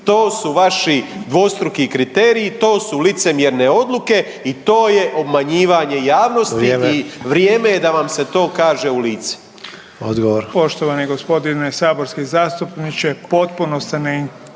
To su vaši dvostruki kriteriji, to su licemjerne odluke i to je obmanjivanje javnosti i vrijeme je da vam se to kaže u lice.